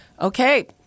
Okay